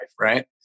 right